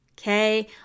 okay